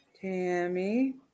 Tammy